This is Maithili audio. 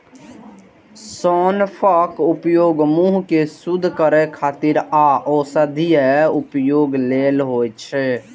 सौंफक उपयोग मुंह कें शुद्ध करै खातिर आ औषधीय उपयोग लेल होइ छै